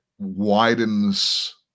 widens